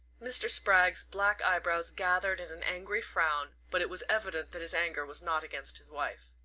mr. spragg's black eyebrows gathered in an angry frown, but it was evident that his anger was not against his wife.